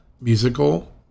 musical